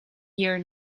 here